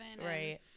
Right